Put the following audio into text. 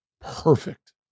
perfect